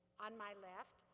on my left,